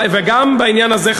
וגם בעניין הזה,